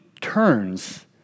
turns